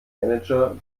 manager